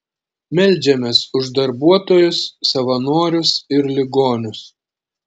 meldžiamės už darbuotojus savanorius ir ligonius